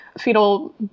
fetal